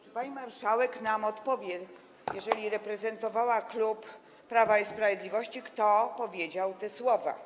Czy pani marszałek nam powie, skoro reprezentowała klub Prawa i Sprawiedliwość, kto powiedział te słowa?